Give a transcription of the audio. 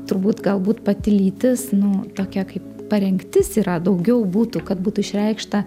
turbūt galbūt pati lytis nu tokia kaip parengtis yra daugiau būtų kad būtų išreikšta